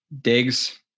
digs